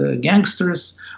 gangsters